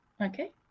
Okay